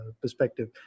perspective